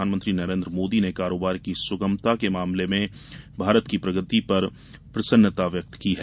प्रधानमंत्री नरेन्द्र मोदी ने कारोबार की सुगमता के मामले में भारत की प्रगति पर प्रसन्नता व्यक्त की है